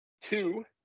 Two